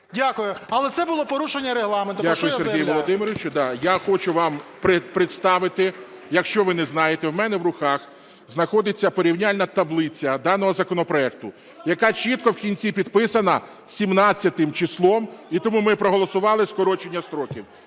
Дякую, Сергію Володимировичу. Да, я хочу вам представити, якщо ви не знаєте, в мене в руках знаходиться порівняльна таблиця даного законопроекту, яка чітко в кінці підписана 17 числом, і тому ми проголосували скорочення строків.